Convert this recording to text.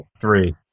three